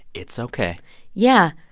it's ok yeah.